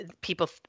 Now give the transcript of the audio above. people